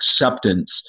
acceptance